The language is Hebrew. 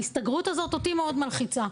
ההסתגרות הזאת אותי מאוד מלחיצה.